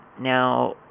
Now